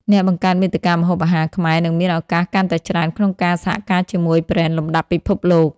អ្នកបង្កើតមាតិកាម្ហូបអាហារខ្មែរនឹងមានឱកាសកាន់តែច្រើនក្នុងការសហការជាមួយប្រេនលំដាប់ពិភពលោក។